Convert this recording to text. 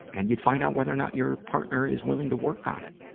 and you'd find out whether or not your partner is willing to work on it.